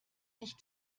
nicht